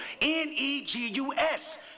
N-E-G-U-S